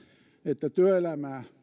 että työelämää